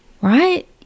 right